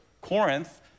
Corinth